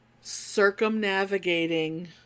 circumnavigating